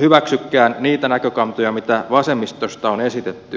hyväksykään niitä näkökantoja joita vasemmistosta on esitetty